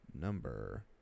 number